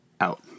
Out